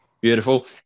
Beautiful